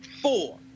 Four